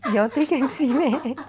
you are taking M_C meh